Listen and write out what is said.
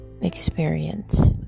experience